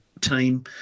team